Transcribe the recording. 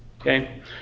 okay